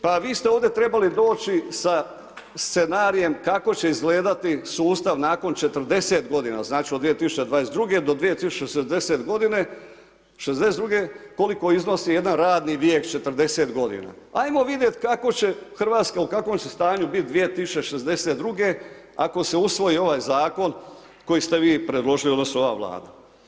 Pa vi ste ovdje trebali doći sa scenarijem kako se će zgledati sustav nakon 40 g., znači od 2022. do 2062. g., koliko iznosi jedan radni vijek 40 g. Ajmo vidjeti kako će Hrvatska, u kakvom će stanju biti 2062. ako se usvoji ovaj zakon koji ste vi predložili odnosno ova Vlada.